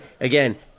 again